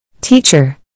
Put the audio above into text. Teacher